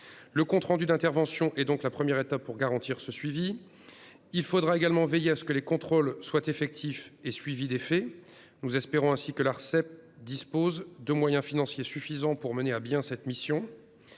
Le compte rendu d'intervention est la première étape pour garantir ce suivi. Il faudra également veiller à ce que les contrôles soient effectifs et suivis d'effet. Nous espérons ainsi que l'Arcep disposera des moyens financiers suffisants pour mener à bien cette mission.